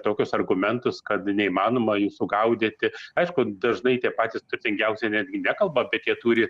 tokius argumentus kad neįmanoma jų sugaudyti aišku dažnai tie patys turtingiausi netgi nekalba bet jie turi